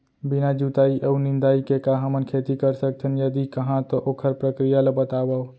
बिना जुताई अऊ निंदाई के का हमन खेती कर सकथन, यदि कहाँ तो ओखर प्रक्रिया ला बतावव?